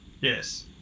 Yes